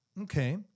okay